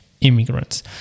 immigrants